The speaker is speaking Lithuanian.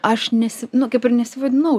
aš nesi nu kaip ir nesivadinau